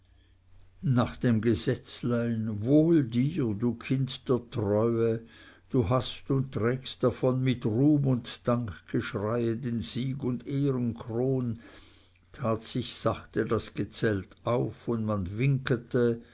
nach dem gesätzlein wohl dir du kind der treue du hast und trägst davon mit ruhm und dankgeschreie den sieg und ehrenkron tat sich sachte das gezelt auf und man